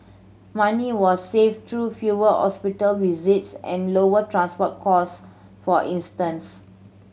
money were saved through fewer hospital visits and lower transport costs for instance